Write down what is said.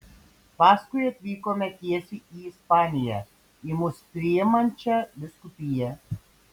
paskui atvykome tiesiai į ispaniją į mus priimančią vyskupiją